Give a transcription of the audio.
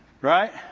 Right